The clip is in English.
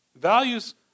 Values